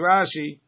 Rashi